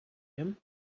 him